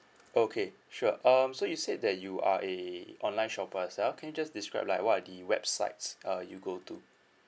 okay sure um so you said that you are a online shop yourself can you just describe like what are the websites uh you go to